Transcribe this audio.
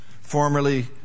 Formerly